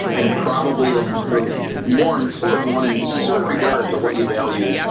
and probably the more important one in certain regards on what you value